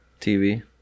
TV